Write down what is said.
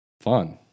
fun